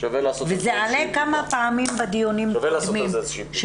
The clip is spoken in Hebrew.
וזה עלה כמה פעמים בדיונים קודמים.